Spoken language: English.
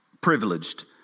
privileged